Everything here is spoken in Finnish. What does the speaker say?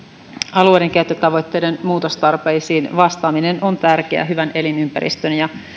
alueidenkäyttötavoitteiden muutostarpeisiin vastaaminen on tärkeää hyvän elinympäristön ja